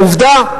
עובדה.